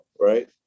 Right